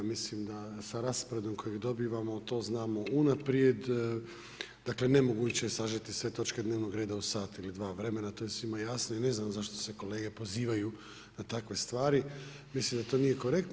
Mislim da sa rasporedom kojeg dobivamo to znamo unaprijed, dakle nemoguće je sažeti sve točke dnevnog reda u sat ili dva vremena, to je svima jasno i ne znam zašto se kolege pozivaju na takve stvari, mislim da to nije korektno.